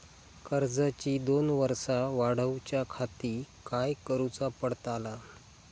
कर्जाची दोन वर्सा वाढवच्याखाती काय करुचा पडताला?